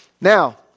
Now